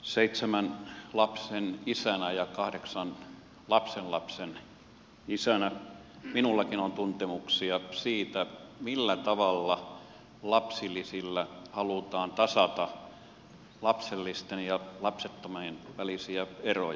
seitsemän lapsen isänä ja kahdeksan lapsenlapsen isoisänä minullakin on tuntemuksia siitä millä tavalla lapsilisillä halutaan tasata lapsellisten ja lapsettomien välisiä eroja